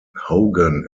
hogan